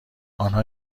آنها